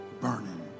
burning